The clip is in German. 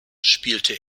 spielte